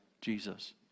Jesus